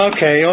Okay